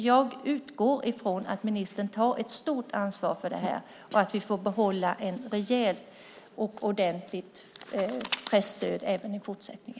Jag utgår från att ministern tar ett stort ansvar för det här och att vi får behålla ett rejält och ordentligt presstöd även i fortsättningen.